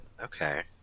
Okay